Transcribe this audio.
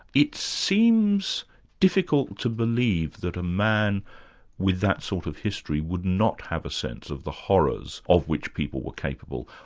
it seems difficult to believe that a man with that sort of history would not have a sense of the horrors of which people were capable,